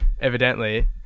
evidently